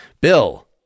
Bill